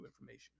information